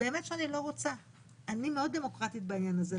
אני מאוד דמוקרטית בעניין הזה.